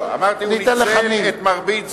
אז ניתן, אמרתי: הוא ניצל את מרבית זמנו.